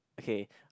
okay